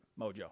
Mojo